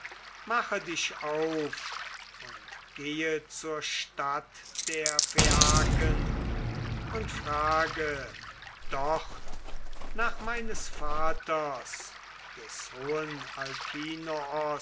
mache dich auf und gehe zur stadt der phaiaken und frage dort nach meines vaters des hohen